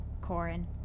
Corin